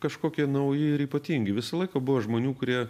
kažkokie nauji ir ypatingi visą laiką buvo žmonių kurie